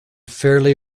fairly